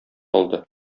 алды